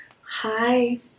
Hi